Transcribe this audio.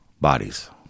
bodies